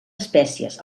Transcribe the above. espècies